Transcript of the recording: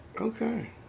Okay